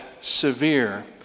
severe